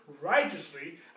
righteously